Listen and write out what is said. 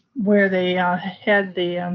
where they had the,